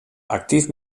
aktyf